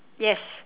yes